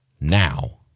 now